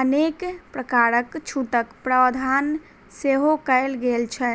अनेक प्रकारक छूटक प्रावधान सेहो कयल गेल छै